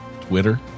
Twitter